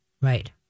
Right